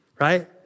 right